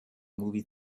movie